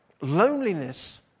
loneliness